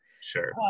Sure